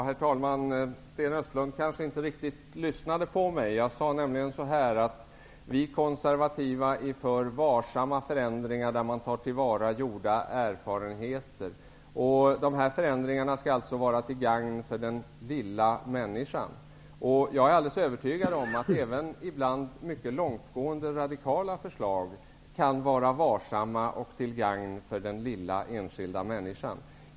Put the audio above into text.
Herr talman! Sten Östlund kanske inte riktigt lyssnade på mig. Jag sade nämligen att vi konservativa är för varsamma ändringar där man tar till vara gjorda erfarenheter. Förändringarna skall alltså vara till gagn för den lilla människan. Jag är alldeles övertygad om att även en del mycket långtgående och radikala förslag ibland kan vara varsamma och till gagn för den enskilda människan.